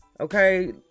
Okay